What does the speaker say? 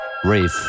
Rave